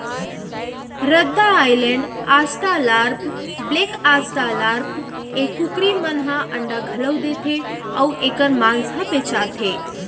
रद्दा Island, australorp, black australorp ए कुकरी मन ह अंडा घलौ देथे अउ एकर मांस ह बेचाथे